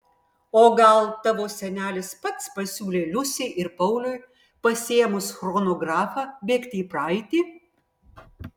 o gal tavo senelis pats pasiūlė liusei ir pauliui pasiėmus chronografą bėgti į praeitį